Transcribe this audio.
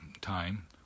time